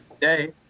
Today